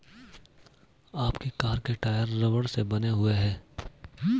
आपकी कार के टायर रबड़ से बने हुए हैं